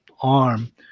arm